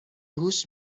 هوش